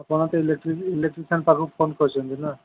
ଆପଣ ସେ ଇଲେଟ୍ରିସିଆନ୍ ପାଖକୁ ଫୋନ୍ କରିଛନ୍ତି ନା